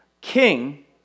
king